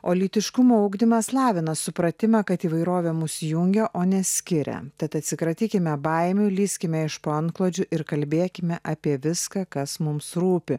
o lytiškumo ugdymas lavina supratimą kad įvairovė mus jungia o ne skiria tad atsikratykime baimių lįskime iš po antklodžių ir kalbėkime apie viską kas mums rūpi